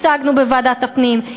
הצגנו בוועדת הפנים,